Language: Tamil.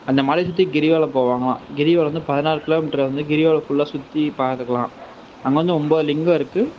அந்த மலைய சுற்றி கிரிவலம் போவாங்கலாம் கிரி வலம் வந்து பதிநாலு கிலோமீட்டரு வந்து சுற்றி கிரிவலம் ஃபுல்லா சுற்றி பாத்துக்கலாம் அங்கே வந்து ஒம்பது லிங்கம் இருக்குது